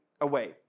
away